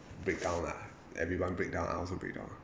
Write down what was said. breakdown lah everyone breakdown I also breakdown